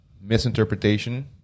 misinterpretation